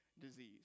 disease